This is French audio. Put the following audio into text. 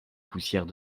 poussière